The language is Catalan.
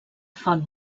font